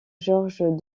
georges